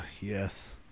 yes